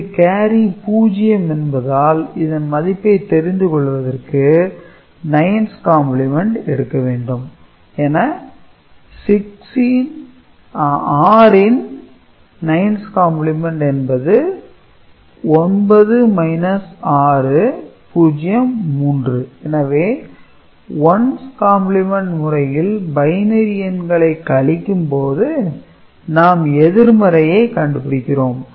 இங்கு கேரி 0 என்பதால் இதன் மதிப்பை தெரிந்து கொள்வதற்கு 9's கம்பிளிமெண்ட் எடுக்க வேண்டும் என 6 ன் 9's கம்பிளிமெண்ட் என்பது 9 - 6 3 எனவே 1's கம்பிளிமெண்ட் முறையில் பைனரி எண்களை கழிக்கும் போது நாம் எதிர்மறை கண்டுபிடிக்கிறோம்